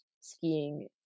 skiing